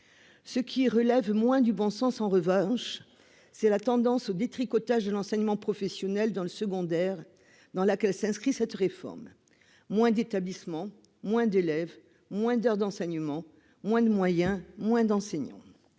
Ce qui relève moins du bon sens en revanche, c'est la tendance au détricotage de l'enseignement professionnel dans le secondaire, dans laquelle s'inscrit cette réforme : moins d'établissements, moins d'élèves, moins d'heures d'enseignement, moins de moyens, moins d'enseignants.